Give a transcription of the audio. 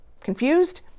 Confused